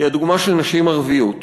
היא הדוגמה של נשים ערביות,